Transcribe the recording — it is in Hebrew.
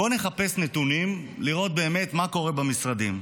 בואו נחפש נתונים, לראות באמת מה קורה במשרדים.